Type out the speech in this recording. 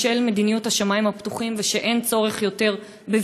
בשל מדיניות השמים הפתוחים וכי אין עוד צורך בוויזה.